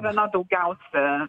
viena daugiausia